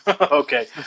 Okay